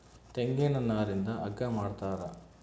ತೆಂಗಿನ ನಾರಿಂದ ಹಗ್ಗ ಮಾಡ್ತಾರ